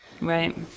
Right